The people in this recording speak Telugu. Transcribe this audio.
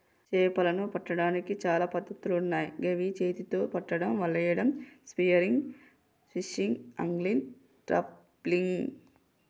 చేపలను పట్టడానికి చాలా పద్ధతులున్నాయ్ గవి చేతితొ పట్టడం, వలేయడం, స్పియర్ ఫిషింగ్, ఆంగ్లిగ్, ట్రాపింగ్